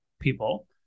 people